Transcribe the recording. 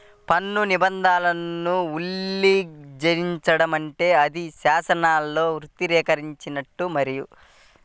పన్ను నిబంధనలను ఉల్లంఘించడం అంటే అది శాసనాలను వ్యతిరేకించినట్టే మరి